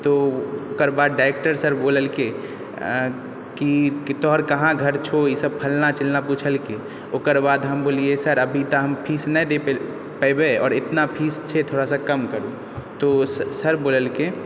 तऽ ओकर बाद डाइरेक्टर सर बोललकय कि तोहर कहाँ घर छहुँ ईसभ फलना चिलना पुछलकय ओकर बाद हम बोललियै सर अभी तऽ हम फीस नहि दे पयबय आओर एतना फ़ीस छै थोड़ा से कम करु तऽ सर बोललकय